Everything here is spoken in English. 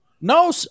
No